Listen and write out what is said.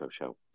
Show